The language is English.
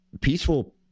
peaceful